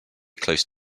close